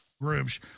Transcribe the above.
groups